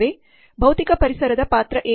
ಭೌತಿಕ ಪರಿಸರಡಾ ಪಾತ್ರ ಏನು